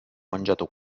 mangiato